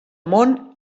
món